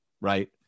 right